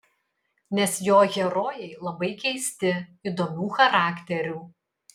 nes jo herojai labai keisti įdomių charakterių